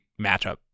matchup